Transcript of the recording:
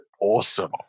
awesome